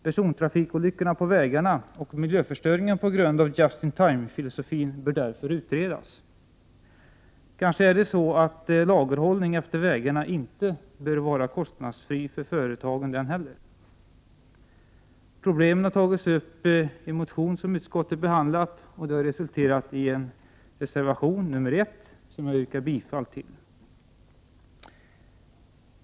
Persontrafikolyckorna på vägarna och miljöförstöringen på grund av ”Justin-Time”-filosofin bör därför utredas. Kanske är det så att lagerhållning efter vägarna inte bör vara kostnadsfri för företagen den heller. Problemen har tagits upp i en motion som utskottet har behandlat. Det hela har resulterat i reservation 1, som jag yrkar bifall till.